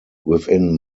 within